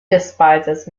despises